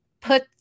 put